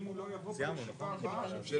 אם הוא לא יבוא בישיבה הבאה אז זה